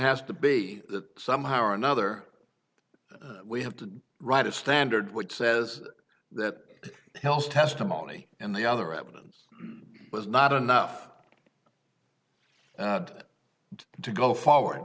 has to be that somehow or another we have to write a standard which says that hell's testimony and the other evidence was not enough to go forward in